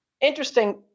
interesting